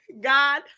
God